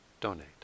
donate